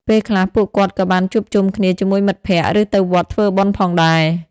ពេលខ្លះពួកគាត់ក៏បានជួបជុំគ្នាជាមួយមិត្តភក្តិ ឬទៅវត្តធ្វើបុណ្យផងដែរ។